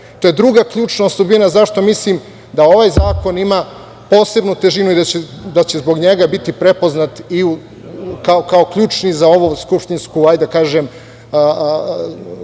To je druga ključna osobina zašto mislim da ovaj zakon ima posebnu težinu i da će on biti prepoznat kao ključni za ovaj skupštinski saziv. Treća